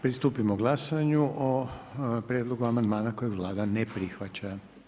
Pristupimo glasanju o prijedlogu amandmana kojeg Vlada ne prihvaća.